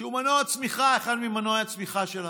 שהוא מנוע צמיחה, אחד ממנועי הצמיחה של המשק,